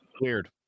Weird